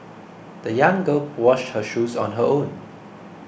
the young girl washed her shoes on her own